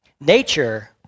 Nature